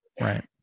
Right